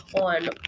on